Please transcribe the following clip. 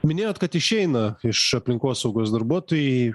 minėjot kad išeina iš aplinkosaugos darbuotojai